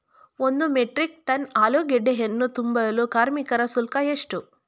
ಒಂದು metric ton ಆಲೂಗೆಡ್ಡೆಯನ್ನು ತುಂಬಲು ಕಾರ್ಮಿಕರ ಶುಲ್ಕ ಎಷ್ಟು?